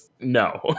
No